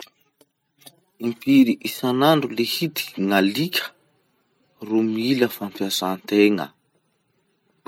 Impiry isanandro lihity gn'alika ro mila fampiasantegna?